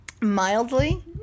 Mildly